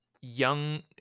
young